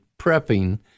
prepping